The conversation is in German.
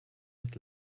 mit